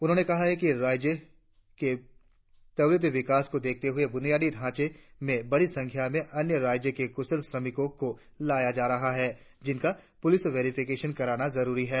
उन्होंने कहा कि राज्य के त्वरित विकास को देखते हुए बुनियादी क्षेत्रों में बड़ी संख्या में अन्य राज्य से कुशल श्रमिकों को लगाया जा रहा है जिनका पुलिस वेरिफिकेशन करना जरुरी है